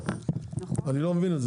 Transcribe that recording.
אני לא מבין את זה,